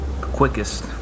quickest